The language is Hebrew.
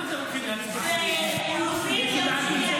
מה זה "הולכים להצבעה" יש הודעת ממשלה.